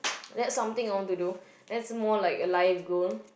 that's something I want to do that's more like a life goal